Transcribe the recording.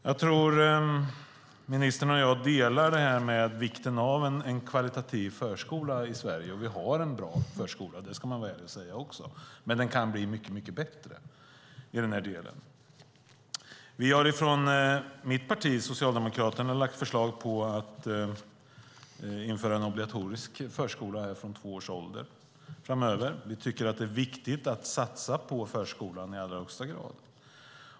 Jag tror att ministern och jag delar uppfattningen om vikten av en kvalitativt bra förskola i Sverige. Och vi har en bra förskola, det ska man vara ärlig och säga. Men den kan bli mycket bättre i denna del. Vi har från mitt parti, Socialdemokraterna, lagt fram förslag om att en obligatorisk förskola ska införas från två års ålder. Vi tycker att det är viktigt att satsa på förskolan i allra högsta grad.